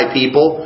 people